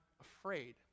afraid